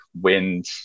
wind